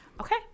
Okay